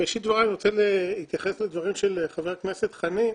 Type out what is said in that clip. בראשית דבריי אני רוצה להתייחס לדברים של חבר הכנסת חנין.